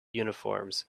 uniforms